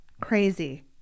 crazy